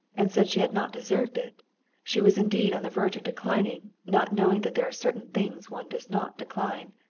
and said she had not deserved it she was indeed on the verge of declining, not knowing that there are certain things one does not decline.